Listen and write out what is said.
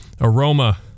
aroma